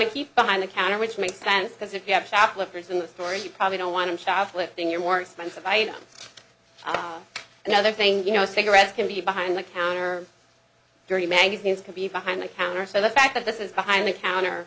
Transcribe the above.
to keep behind the counter which makes sense because if you have staff flippers in the store you probably don't want to shoplifting you're more expensive i think another thing you know cigarettes can be behind the counter dirty magazines can be behind the counter so the fact that this is behind the counter